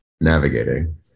navigating